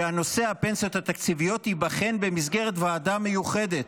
שנושא הפנסיות התקציביות ייבחן במסגרת ועדה מיוחדת.